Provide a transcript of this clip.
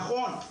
נכון,